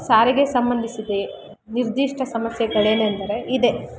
ಸಾರಿಗೆ ಸಂಬಂಧಿಸಿದ ನಿರ್ದಿಷ್ಟ ಸಮಸ್ಯೆಗಳೇನೆಂದರೆ ಇದೇ